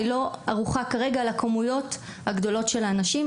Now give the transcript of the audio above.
היא לא ערוכה כרגע לכמויות הגדולות של האנשים.